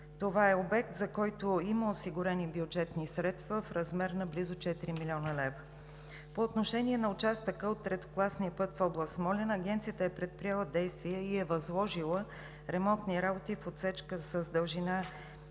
Това е обект, за който има осигурени бюджетни средства в размер на близо четири милиона лева. По отношение на участъка от третокласния път в област Смолян. Агенцията е предприела действия и е възложила ремонтни работи в отсечка с дължина